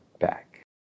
back